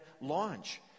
launch